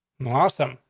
well, awesome.